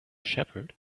shepherd